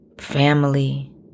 family